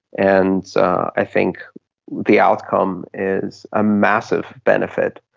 and i think the outcome is a massive benefit.